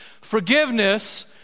Forgiveness